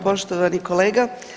Poštovani kolega.